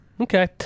okay